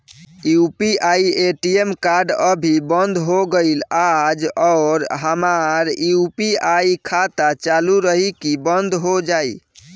ATM card अभी बंद हो गईल आज और हमार यू.पी.आई खाता चालू रही की बन्द हो जाई?